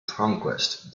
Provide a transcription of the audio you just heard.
conquest